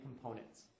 components